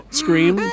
scream